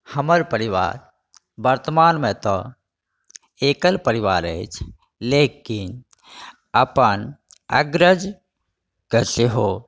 हमर परिवार वर्तमानमे तऽ एकल परिवार अछि लेकिन अग्रज के सेहो